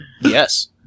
yes